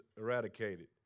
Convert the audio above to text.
eradicated